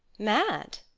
mad?